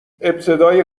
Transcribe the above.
ابتدای